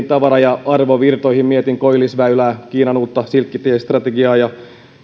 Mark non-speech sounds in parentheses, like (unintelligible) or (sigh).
(unintelligible) tavara ja arvovirtoihin mietin koillisväylää kiinan uutta silkkitie strategiaa